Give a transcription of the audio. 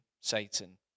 Satan